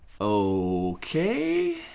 Okay